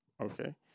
Okay